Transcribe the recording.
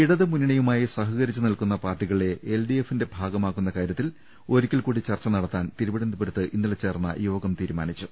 ഇടത് മുന്നണിയുമായി സഹകരിച്ചു നിൽക്കുന്നവരെ എൽ ഡി എഫിന്റെ ഭാഗമാ ക്കുന്ന കാര്യത്തിൽ ഒരിക്കൽകൂടി ചർച്ച നടത്താൻ തിരുവനന്തപുരത്ത് ഇന്നലെ ചേർന്ന നേതൃയോഗം തീരുമാനിച്ചു